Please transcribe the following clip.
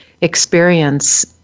experience